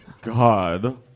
God